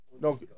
No